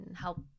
help